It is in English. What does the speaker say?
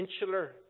insular